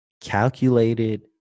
calculated